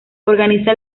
organiza